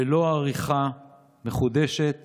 ללא עריכה מחודשת